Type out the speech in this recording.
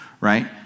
right